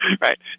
Right